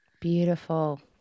Beautiful